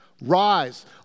Rise